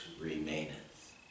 remaineth